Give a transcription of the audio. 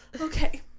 Okay